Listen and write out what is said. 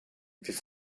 wird